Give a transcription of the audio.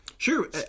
Sure